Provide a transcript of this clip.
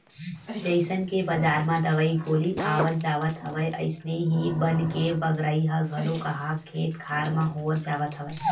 जइसन के बजार म दवई गोली आवत जावत हवय अइसने ही बन के बगरई ह घलो काहक खेत खार म होवत जावत हवय